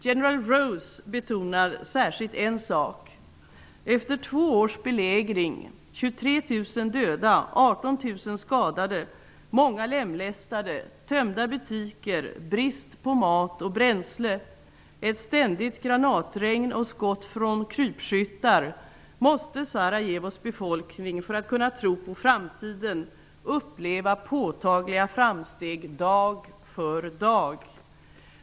General Rose betonar särskilt en sak: Efter två års belägring, 23 000 döda, 18 800 skadade, många lemlästade, tömda butiker, brist på mat och bränsle, ett ständigt granatregn och skott från krypskyttar måste Sarajevos befolkning för att kunna tro på framtiden uppleva påtagliga framsteg dag för dag.